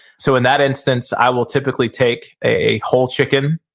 so in that instance, i will typically take a whole chicken,